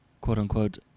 quote-unquote